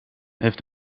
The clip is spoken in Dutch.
heeft